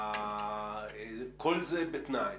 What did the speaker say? כל זה בתנאי